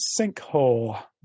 Sinkhole